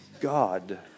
God